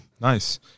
Nice